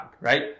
Right